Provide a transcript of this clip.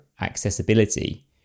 accessibility